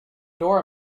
door